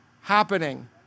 happening